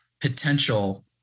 potential